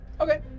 Okay